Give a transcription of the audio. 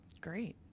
Great